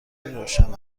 روشن